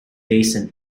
based